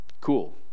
Cool